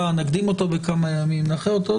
נקדים אותו בכמה ימים או נאחר אותו,